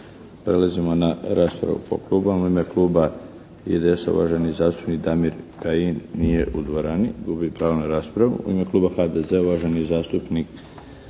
Prelazimo na raspravu po klubovima. U ime kluba IDS-a, uvaženi zastupnik Damir Kajin. Nije u dvorani. Gubi pravo na raspravu. U ime kuba HDZ-a, uvaženi zastupnik